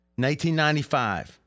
1995